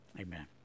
amen